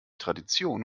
tradition